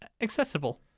accessible